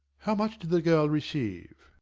how much did the girl receive?